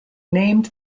named